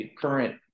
current